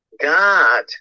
God